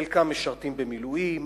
חלקם משרתים במילואים.